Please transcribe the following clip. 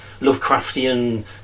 Lovecraftian